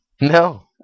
No